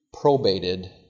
probated